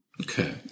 Okay